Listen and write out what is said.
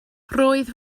roedd